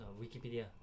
Wikipedia